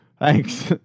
thanks